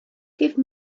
give